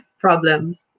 problems